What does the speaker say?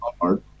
hard